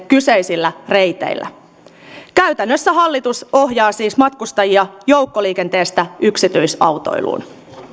kyseisille reiteille käytännössä hallitus ohjaa matkustajia joukkoliikenteestä yksityisautoiluun